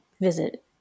visit